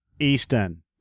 Eastern